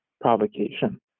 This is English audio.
provocation